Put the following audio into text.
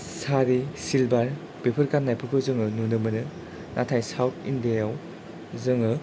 सारि साल्भार बेफोर गाननायफोरखौ जोङो नुनो मोनो नाथाय साउथ इण्डिया आव जोङो